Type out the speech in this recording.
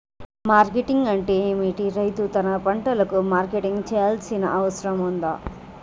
Marketing అంటే ఏమిటి? రైతు తన పంటలకు మార్కెటింగ్ చేయాల్సిన అవసరం ఉందా?